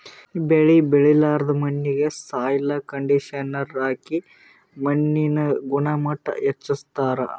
ಬೆಳಿ ಬೆಳಿಲಾರ್ದ್ ಮಣ್ಣಿಗ್ ಸಾಯ್ಲ್ ಕಂಡಿಷನರ್ ಹಾಕಿ ಮಣ್ಣಿನ್ ಗುಣಮಟ್ಟ್ ಹೆಚಸ್ಸ್ತಾರ್